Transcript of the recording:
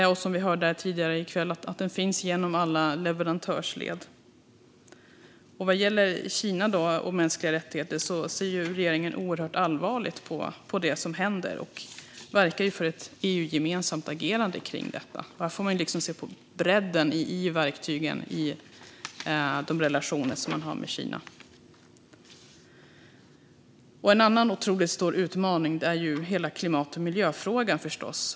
Precis som vi har hört tidigare i kväll måste den finnas med i alla leverantörsled. Vad gäller Kina och frågan om mänskliga rättigheter ser regeringen oerhört allvarligt på det som händer. Regeringen verkar för ett EU-gemensamt agerande i frågan. Där får vi se på bredden i verktygen i relationerna med Kina. En annan otroligt stor utmaning är förstås hela klimat och miljöfrågan.